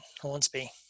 Hornsby